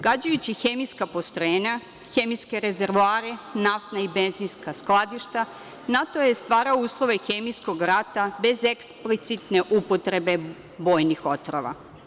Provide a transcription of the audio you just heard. Gađajući hemijska postrojenja, hemijske rezervoare, naftna i benzinska skladišta NATO je stvarao uslove hemijskog rata, bez eksplicitne upotrebe bojnih otrova.